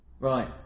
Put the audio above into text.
Right